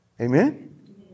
Amen